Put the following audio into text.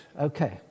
okay